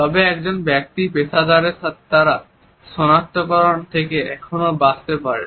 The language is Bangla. তবে একজন ব্যক্তি পেশাদারদের দ্বারা সনাক্তকরণ থেকে এখনো বাঁচতে পারে